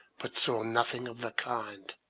but saw nothing of the kind.